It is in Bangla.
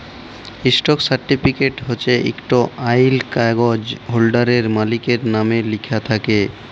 ইস্টক সার্টিফিকেট হছে ইকট আইল কাগ্যইজ হোল্ডারের, মালিকের লামে লিখ্যা থ্যাকে